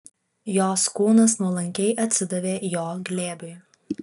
jos kūnas nuolankiai atsidavė jo glėbiui